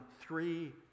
three